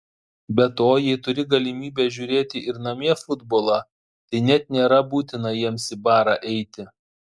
be to jei turi galimybę žiūrėti ir namie futbolą tai net nėra būtina jiems į barą eiti